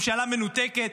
ממשלה מנותקת,